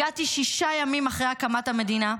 הגעתי שישה ימים אחרי הקמת המדינה,